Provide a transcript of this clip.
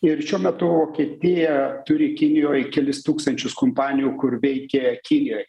ir šiuo metu vokietija turi kinijoj kelis tūkstančius kompanijų kur veikia kinijoj